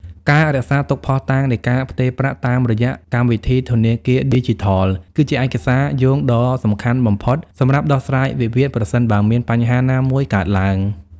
ការរក្សាទុកភស្តុតាងនៃការផ្ទេរប្រាក់តាមរយៈកម្មវិធីធនាគារឌីជីថល គឺជាឯកសារយោងដ៏សំខាន់បំផុតសម្រាប់ដោះស្រាយវិវាទ ប្រសិនបើមានបញ្ហាណាមួយកើតឡើង។